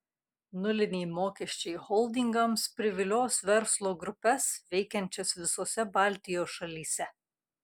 nuliniai mokesčiai holdingams privilios verslo grupes veikiančias visose baltijos šalyse